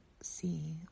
see